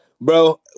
bro